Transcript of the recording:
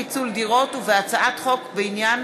פיצול דירות) ובהצעת חוק בעניין